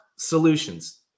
solutions